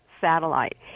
satellite